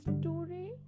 story